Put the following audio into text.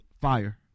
Fire